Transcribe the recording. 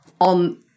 on